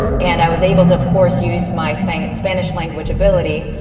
and i was able to, of course, use my spanish spanish language ability.